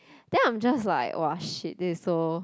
then I'm just like !wah! shit this is so